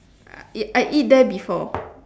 I eat I eat there before